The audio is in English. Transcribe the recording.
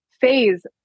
phase